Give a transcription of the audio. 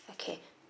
okay